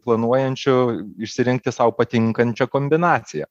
planuojančių išsirinkti sau patinkančią kombinaciją